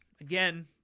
Again